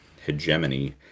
hegemony